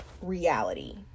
reality